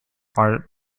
are